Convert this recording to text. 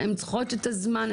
הן צריכות את הזמן,